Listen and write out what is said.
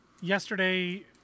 yesterday